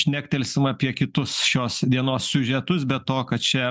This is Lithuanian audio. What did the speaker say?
šnektelsime apie kitus šios dienos siužetus be to kad čia